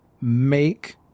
Make